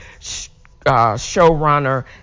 showrunner